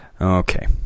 okay